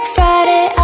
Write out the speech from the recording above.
Friday